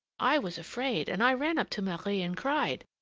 i was afraid, and i ran up to marie and cried.